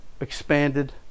expanded